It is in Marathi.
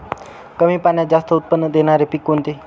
कमी पाण्यात जास्त उत्त्पन्न देणारे पीक कोणते?